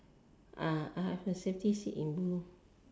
I have the safety seat in blue